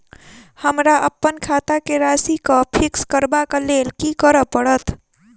हमरा अप्पन खाता केँ राशि कऽ फिक्स करबाक लेल की करऽ पड़त?